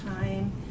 time